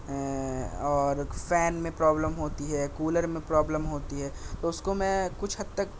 اور فین میں پرابلم ہوتی ہے کولر میں پرابلم ہوتی ہے تو اس کو میں کچھ حد تک